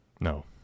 No